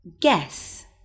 Guess